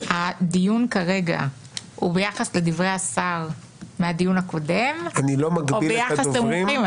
הדיון כרגע הוא ביחס לדברי השר מהדיון הקודם או ביחס למומחים.